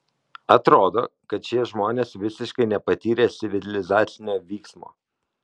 atrodo kad šie žmonės visiškai nepatyrę civilizacinio vyksmo